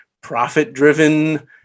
profit-driven